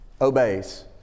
obeys